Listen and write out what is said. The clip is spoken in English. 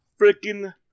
Freaking